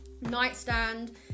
nightstand